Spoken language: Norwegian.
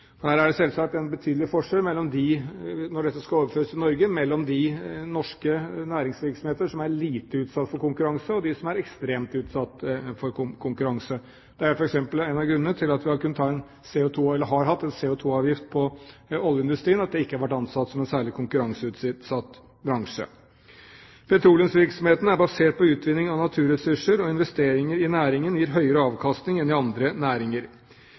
gratiskvoter. Her er det selvsagt en betydelig forskjell, når dette skal overføres til Norge, mellom de norske næringsvirksomheter som er lite utsatt for konkurranse, og de som er ekstremt utsatt for konkurranse. En av grunnene til at vi har hatt en CO2-avgift på oljeindustrien, er at den ikke har vært ansett som en særlig konkurranseutsatt bransje. Petroleumsvirksomheten er basert på utvinning av naturressurser, og investeringer i næringen gir høyere avkastning enn i andre næringer.